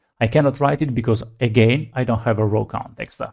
i cannot write it because again, i don't have a row context. ah